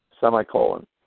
semicolon